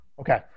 Okay